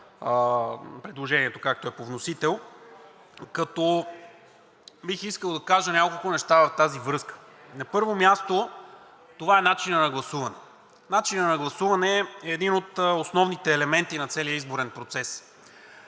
предложението, както е по вносител, като бих искал да кажа няколко неща в тази връзка. На първо място, това е начинът на гласуване. Начинът на гласуване е един от основните елементи на целия изборен процес,